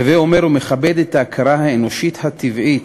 הווי אומר, הוא מכבד את ההכרה האנושית הטבעית,